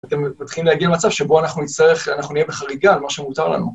אתם מתחילים להגיע למצב שבו אנחנו נצטרך, אנחנו נהיה בחריגה על מה שמותר לנו.